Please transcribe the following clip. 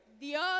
Dios